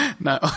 No